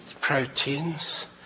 proteins